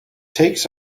takes